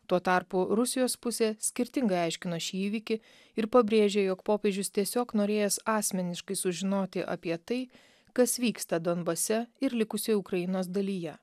tuo tarpu rusijos pusė skirtingai aiškino šį įvykį ir pabrėžė jog popiežius tiesiog norėjęs asmeniškai sužinoti apie tai kas vyksta donbase ir likusioj ukrainos dalyje